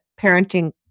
parenting